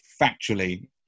factually